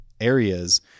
areas